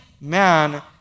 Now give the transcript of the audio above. man